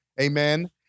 amen